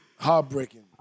Heartbreaking